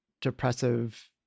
depressive